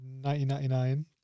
1999